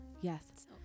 Yes